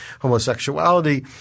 homosexuality